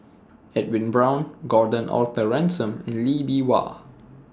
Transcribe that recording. Edwin Brown Gordon Arthur Ransome and Lee Bee Wah